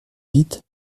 vite